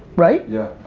right? yeah.